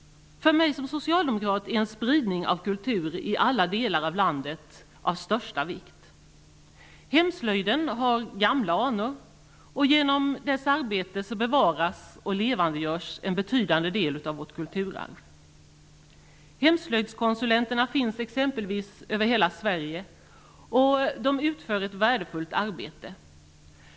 För mig som socialdemokrat är en spridning av kultur i alla delar av landet av största vikt. Hemslöjden har gamla anor. Genom dess arbete bevaras och levandegörs en betydande del av vårt kulturarv. Hemslöjdskonsulenterna finns över hela Sverige. De utför ett värdefullt arbete.